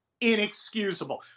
Inexcusable